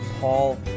Paul